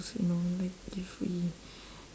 you know like if we